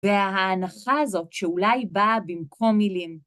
וההנחה הזאת שאולי באה במקום מילים.